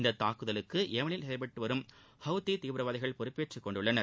இந்தத் தாக்குதலுக்கு ஏமனில் செயல்பட்டு வரும் ஹூத்தி தீவிரவாதிகள் பொறுப்பேற்றுக் கொண்டுள்ளனர்